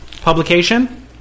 publication